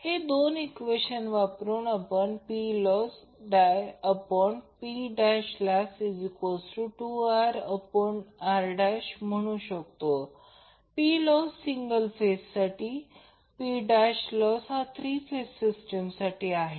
हे दोन इक्वेशन वरून आपण PlossPloss2RR म्हणू शकतो Plossसिंगल फेजसाठी Plossथ्री फेज सिस्टीमसाठी आहे